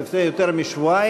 לפני יותר משבועיים,